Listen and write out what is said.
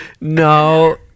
no